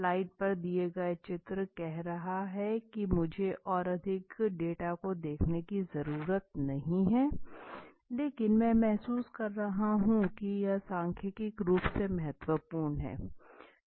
slide पर दिया गया चित्र कह रहा की कि मुझे और अधिक डेटा को देखने की जरूरत नहीं है लेकिन मैं महसूस कर रहा हूँ की यह सांख्यिकीय रूप से महत्वपूर्ण है